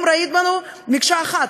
הם רואים בנו מקשה אחת.